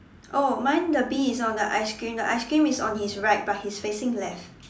oh mine the bee is on the ice cream the ice cream is on his right but he's facing left